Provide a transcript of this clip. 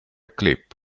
clip